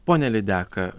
pone lydeka